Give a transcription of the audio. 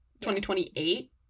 2028